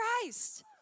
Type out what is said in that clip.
Christ